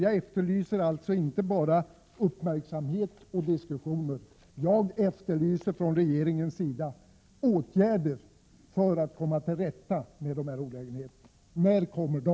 Jag efterlyser således inte bara uppmärksamhet och diskussioner. Jag efterlyser åtgärder från regeringens sida för att man skall komma till rätta med dessa olägenheter. När kommer de?